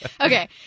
Okay